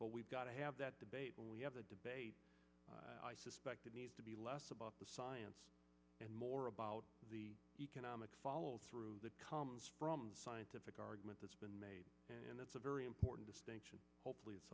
but we've got to have that debate we have a debate i suspect it needs to be less about the science and more about the economic follow through that comes from a scientific argument that's been made and that's a very important distinction hopefully